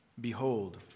Behold